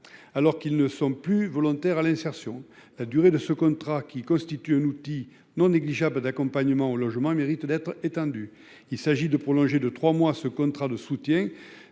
Alors qu'ils ne sont plus volontaire à l'insertion, la durée de ce contrat qui constitue un outil non négligeable d'accompagnement au logement et mérite d'être étendue. Il s'agit de prolonger de 3 mois. Ce contrat de soutien.